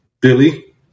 billy